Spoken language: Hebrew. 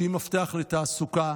שהיא מפתח לתעסוקה,